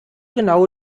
genau